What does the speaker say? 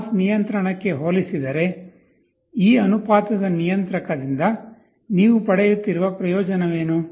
on off ನಿಯಂತ್ರಕಕ್ಕೆ ಹೋಲಿಸಿದರೆ ಈ ಅನುಪಾತದ ನಿಯಂತ್ರಕದಿಂದ ನೀವು ಪಡೆಯುತ್ತಿರುವ ಪ್ರಯೋಜನವೇನು